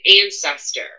ancestor